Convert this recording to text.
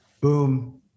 boom